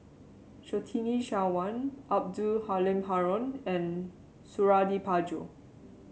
Surtini Sarwan Abdul Halim Haron and Suradi Parjo